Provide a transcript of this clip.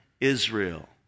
Israel